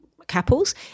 Couples